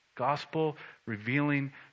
Gospel-revealing